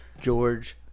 George